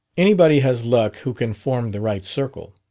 anybody has luck who can form the right circle.